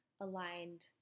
aligned